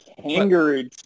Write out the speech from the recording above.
Kangaroo